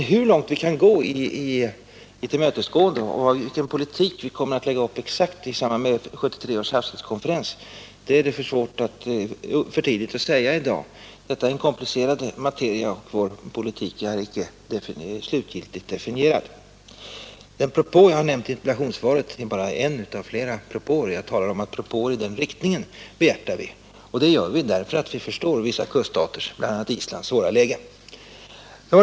Men hur långt vi kan gå i tillmötesgående och vilken politik vi kommer att lägga upp exakt i samband med 1973 års havsrättskonferens är för tidigt att säga i dag. Detta är ju en komplicerad materia, och vår politik är icke slutgiltigt definierad. Den propå jag har nämnt i interpellationssvaret är bara en av flera propåer. Jag talar om att propåer i den riktningen behjärtar vi, och det gör vi, därför att vi förstår vissa kuststaters, bl.a. Islands, svåra läge.